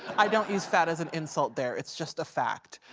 i don't use fat as an insult there, it's just a fact.